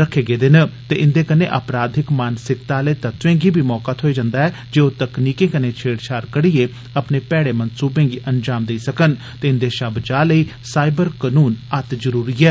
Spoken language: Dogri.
रक्खेआ गेदा ऐ ते इंदे कन्नै अपराधिक मानसिकता आहले तत्वे गी बी मौका मिली जंदा ऐ जे ओह तकनीकें कन्नै छेड़छाड़ करियै अपने भैड़े मंसूबें गी अंजाम देई सकन ते इंदे शा बचाऽ लेई साईबर कानून अत्त जरूरी न